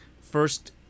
first